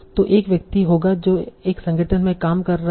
तो एक व्यक्ति होगा जो एक संगठन में काम कर रहा है